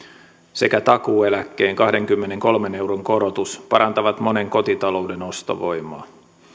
sekä takuueläkkeen kahdenkymmenenkolmen euron korotus parantavat monen kotitalouden ostovoimaa